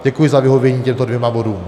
Děkuji za vyhovění k těmto dvěma bodům.